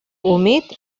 humit